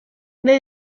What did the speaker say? les